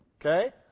Okay